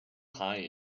high